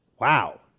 wow